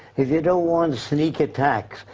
if you don't want sneak attacks,